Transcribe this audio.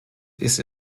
ist